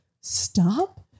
stop